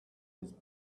his